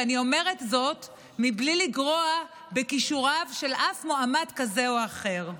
וזאת מבלי לגרוע מכישוריו של אף מועמד כזה או אחר.